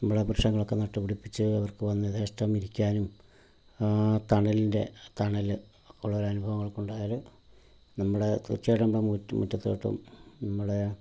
നമ്മൾ വൃക്ഷങ്ങളൊക്കെ നട്ട് പിടിപ്പിച്ച് അവർക്ക് വന്ന് യഥേഷ്ടം ഇരിക്കാനും തണലിൻ്റെ തണൽ ഉള്ളോരനുഭവങ്ങൾക്കുണ്ടായാൽ നമ്മുടെ ഉച്ചയാകുമ്പോൾ വീട്ട്മുറ്റത്തോട്ടും നമ്മളെ